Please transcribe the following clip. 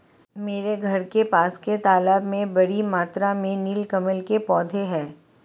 मेरे घर के पास के तालाब में बड़ी मात्रा में नील कमल के पौधें हैं